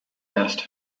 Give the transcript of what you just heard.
asked